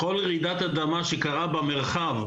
כל רעידת אדמה שקרתה במרחב,